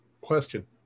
question